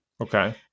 Okay